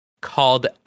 called